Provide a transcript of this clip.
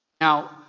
Now